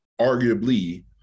arguably